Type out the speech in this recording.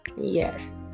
Yes